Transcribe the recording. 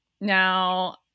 Now